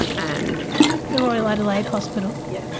and the royal adelaide hospital? yes,